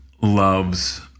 loves